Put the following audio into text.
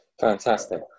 Fantastic